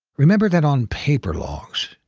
remember that on paper logs,